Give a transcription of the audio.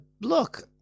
look